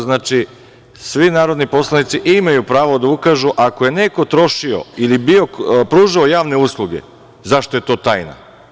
Znači, svi narodni poslanici imaju pravo da ukažu ako je neko trošio ili pružao javne usluge, zašto je to tajna?